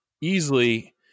easily